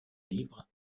libre